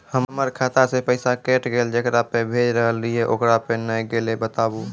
हमर खाता से पैसा कैट गेल जेकरा पे भेज रहल रहियै ओकरा पे नैय गेलै बताबू?